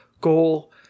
goal